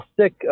stick